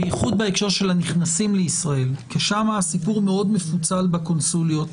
במיוחד בהקשר הנכנסים לישראל כי שם הסיפור מאוד מפוצל בקונסוליות,